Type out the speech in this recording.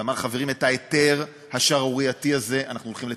הוא אמר: את ההיתר השערורייתי הזה אנחנו הולכים לתקן.